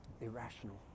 irrational